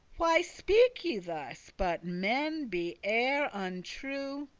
why speak ye thus? but men be e'er untrue,